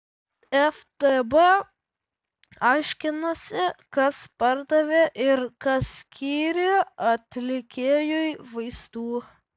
ftb aiškinasi kas pardavė ir kas skyrė atlikėjui vaistų